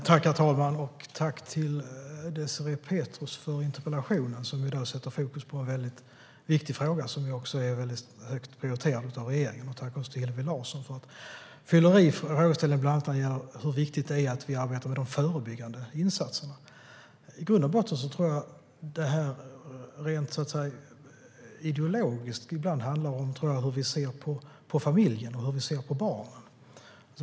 Herr talman! Tack, Désirée Pethrus, för interpellationen, som sätter fokus på en väldigt viktig fråga som är högt prioriterad för regeringen! Tack också till Hillevi Larsson, som bidrar bland annat med hur viktigt det är med de förebyggande insatserna. Rent ideologiskt tror jag att detta handlar om hur vi ser på familjen och barnen.